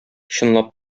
чынлап